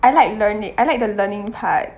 I like learning I like the learning part